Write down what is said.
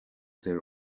their